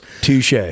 touche